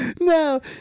No